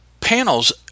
panels